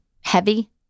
heavy